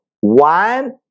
one